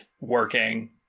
working